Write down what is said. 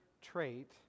trait